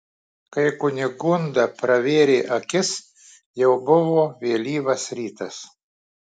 kai kunigunda pravėrė akis jau buvo vėlyvas rytas